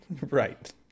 Right